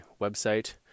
website